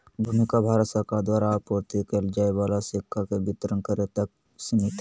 भूमिका भारत सरकार द्वारा आपूर्ति कइल जाय वाला सिक्का के वितरण करे तक सिमित हइ